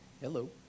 Hello